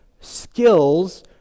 skills